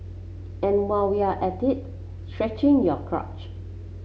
and while we're at it stretching your crotch